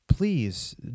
please